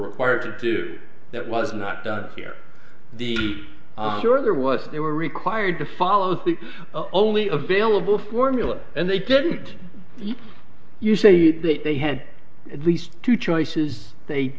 required to do that was not done here the cure there was they were required to follow the only available formula and they didn't you say that they had at least two choices they